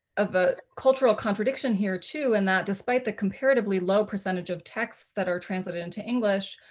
ah but cultural contradiction here too. and that despite the comparatively low percentage of texts that are translated into english,